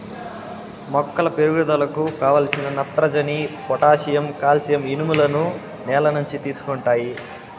మొక్కల పెరుగుదలకు కావలసిన నత్రజని, పొటాషియం, కాల్షియం, ఇనుములను నేల నుంచి తీసుకుంటాయి